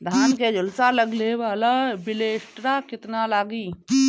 धान के झुलसा लगले पर विलेस्टरा कितना लागी?